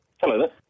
hello